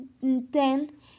ten